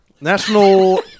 National